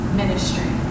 ministry